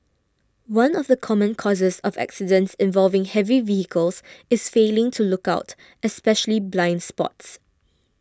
one of the common causes of accidents involving heavy vehicles is failing to look out especially blind spots